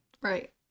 Right